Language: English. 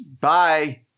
bye